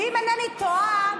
ואם אינני טועה,